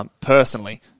Personally